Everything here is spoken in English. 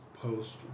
post